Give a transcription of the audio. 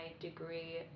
degree